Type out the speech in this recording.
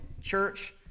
church